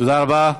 תודה רבה.